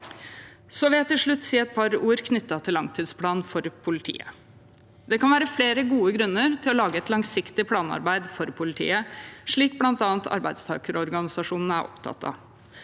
Så vil jeg til slutt si et par ord knyttet til langtidsplan for politiet. Det kan være flere gode grunner til å lage et langsiktig planarbeid for politiet, slik bl.a. arbeidstakerorganisasjonene er opptatt av.